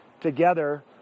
together